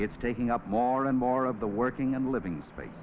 it's taking up more and more of the working and living space